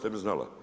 ne bi znala?